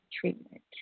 treatment